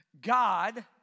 God